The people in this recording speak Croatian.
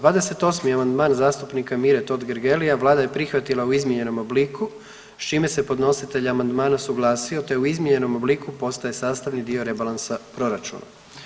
28. amandman zastupnika Mire Totgergelia vlada je prihvatila u izmijenjenom obliku s čime se podnositelj amandmana suglasio te u izmijenjenom obliku postaje sastavni dio rebalansa proračuna.